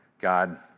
God